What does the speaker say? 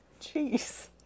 Jeez